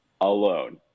alone